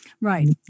Right